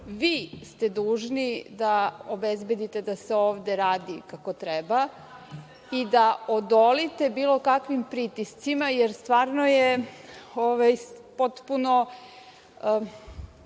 Vi ste dužni da obezbedite da se ovde radi kako treba i da odolite bilo kakvim pritiscima, jer stvarno je potpuno